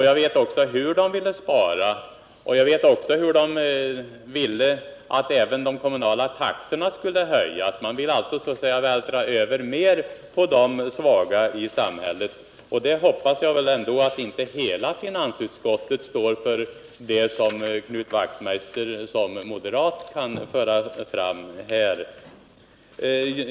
Jag vet också hur de ville spara och hur de ville att även de Torsdagen den kommunala taxorna skulle höjas. Man ville så att säga vältra över mer på de 7 december 1978 svaga i samhället. Jag hoppas att inte hela finansutskottet står för det Knut Wachtmeister som moderat för fram här.